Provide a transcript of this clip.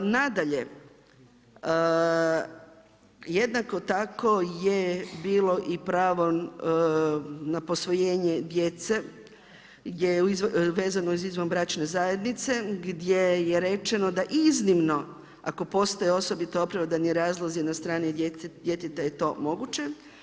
Nadalje, jednako tako je bilo i pravo na posvojenje djece gdje je vezano uz izvanbračne zajednice, gdje je rečeno da iznimno ako postoje osobito opravdani razlozi na strani djeteta je to moguće.